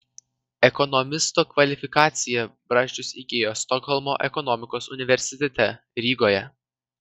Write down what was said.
ekonomisto kvalifikaciją brazdžius įgijo stokholmo ekonomikos universitete rygoje